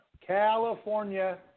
California